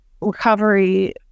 recovery